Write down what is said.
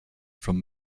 from